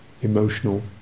emotional